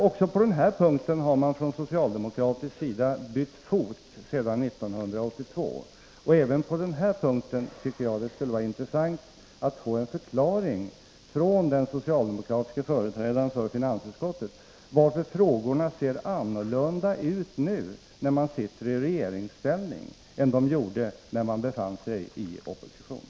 Också på denna punkt har man från socialdemokratisk sida bytt fot sedan 1982, och även i detta fall tycker jag att det skulle vara intressant att få en förklaring från den socialdemokratiske företrädaren för finansutskottet — varför frågorna ser annorlunda ut nu när man sitter i regeringsställning än de gjorde när man befann sig i opposition.